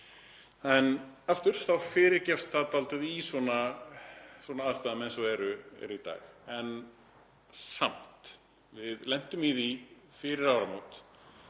En aftur fyrirgefst það dálítið í svona aðstæðum eins og eru í dag. En samt, við lentum í því fyrir áramót